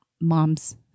mom's